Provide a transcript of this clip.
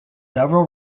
several